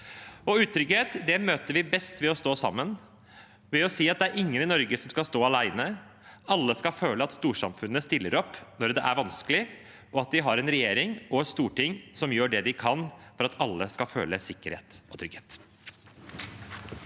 Utrygghet møter vi best ved å stå sammen, ved å si at ingen i Norge skal stå alene. Alle skal føle at storsamfunnet stiller opp når det er vanskelig, og at vi har en regjering og et storting som gjør det de kan for at alle skal føle sikkerhet og trygghet.